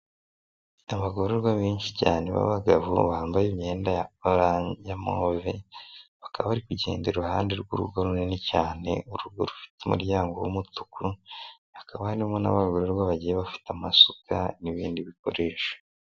Abagororwa benshi cyane b'abagabo bambaye imyenda move bakaba bari kugenda iruhande rw'urugo runini cyane urugo rufite umuryango w'umutuku hakaba harimo n'abagororwa bagiye bafite amasuka n'ibindi bikoresho.